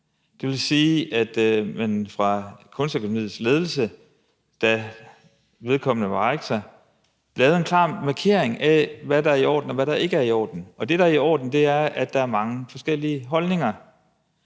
Det vil sige, at man fra Kunstakademiets ledelse, da vedkommende var rektor, lavede en klar markering af, hvad der er i orden, og hvad der ikke er i orden. Og det, der er i orden, er, at der er mange forskellige holdninger.